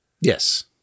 Yes